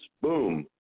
Boom